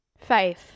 Faith